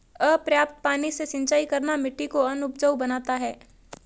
अपर्याप्त पानी से सिंचाई करना मिट्टी को अनउपजाऊ बनाता है